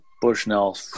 bushnell